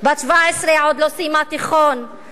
בת 17 עוד לא סיימה תיכון,